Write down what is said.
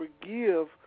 forgive